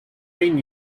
been